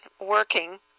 working